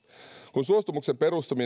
kun suostumuksen